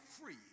free